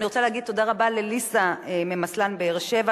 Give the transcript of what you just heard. אני רוצה להגיד תודה רבה לליזה ממסל"ן באר-שבע,